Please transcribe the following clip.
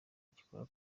gikora